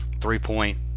three-point